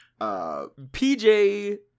PJ